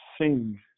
sing